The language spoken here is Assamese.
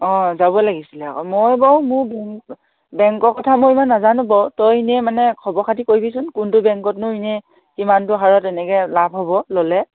অঁ যাব লাগিছিলে অঁ মই বাৰু মোৰ বেংকৰ কথা মই ইমান নাজানোঁ বাৰু তই এনে মানে খবৰ খাতি কৰিবিচোন কোনটো বেংকত নো এনে কিমানটো হাৰত এনেকৈ লাভ হ'ব ল'লে